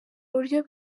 buryo